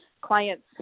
Clients